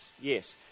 Yes